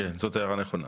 כן, זאת הערה נכונה.